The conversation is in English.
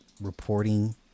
reporting